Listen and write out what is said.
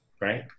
right